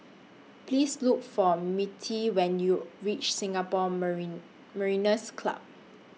Please Look For Mirtie when YOU REACH Singapore Marin Mariners' Club